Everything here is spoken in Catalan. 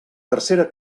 tercera